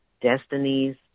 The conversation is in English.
destinies